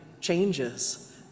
changes